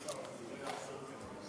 חברות וחברי הכנסת,